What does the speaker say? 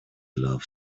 love